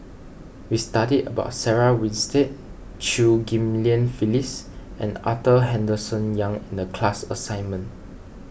we studied about Sarah Winstedt Chew Ghim Lian Phyllis and Arthur Henderson Young in the class assignment